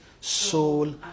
soul